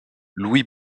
louis